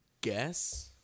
Guess